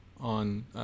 On